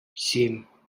семь